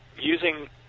Using